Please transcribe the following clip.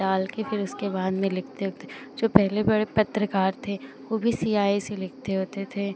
डालकर फिर उसके बाद में लिखते उखते जो पहले बड़े पत्रकार थे वह भी स्याही से लिखते होते थे